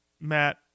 Matt